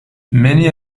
many